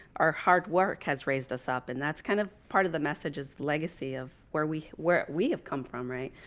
our hard work has raised us up. and that's kind of part of the messages legacy of where we where we have come from, right?